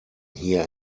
hier